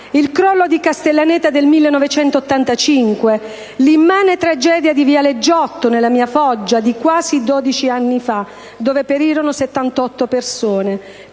il crollo di Castellaneta del 1985, l'immane tragedia di viale Giotto (nella mia Foggia) di quasi 12 anni fa, dove perirono 78 persone,